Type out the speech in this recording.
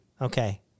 Okay